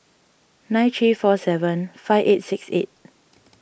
nine three four seven five eight six eight